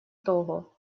того